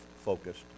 focused